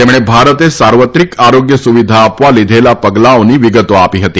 તમ્પણ ભારત સાર્વત્રિક આરોગ્ય સુવિધા આપવા લીધભા પગલાઓની વિગતો આપી હતી